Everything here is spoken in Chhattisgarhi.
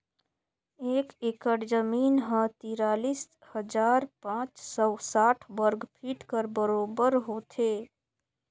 एक एकड़ जमीन ह तिरालीस हजार पाँच सव साठ वर्ग फीट कर बरोबर होथे